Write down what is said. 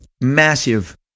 Massive